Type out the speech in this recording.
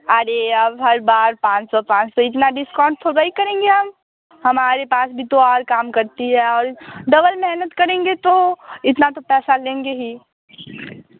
अरे अब हर बार पाँच सौ पाँच सौ इतना डिस्काउंट थोड़ा ही करेंगे हम हमारे पास भी तो और काम करती है और डबल करेंगे तो इतना तो पैसा लेंगे ही